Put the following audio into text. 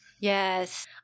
Yes